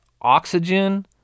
oxygen